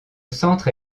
centre